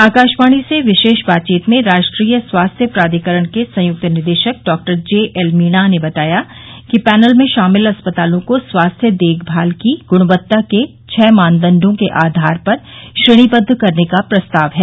आकाशवाणी से विशेष बातचीत में राष्ट्रीय स्वास्थ्य प्राधिकरण के संयुक्त निदेशक डॉक्टर जे एल मीणा ने बताया कि पैनल में शामिल अस्पतालों को स्वास्थ्य देखभाल की गुणवत्ता के छह मानदंडों के आधार पर श्रेणीबद्ध करने का प्रस्ताव है